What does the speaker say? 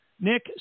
Nick